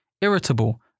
irritable